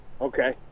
Okay